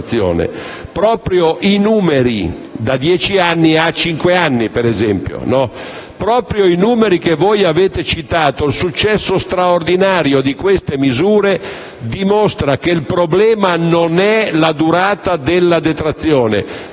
Proprio i numeri che voi avete citato e il successo straordinario di queste misure dimostrano che il problema non è la durata della detrazione,